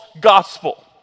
gospel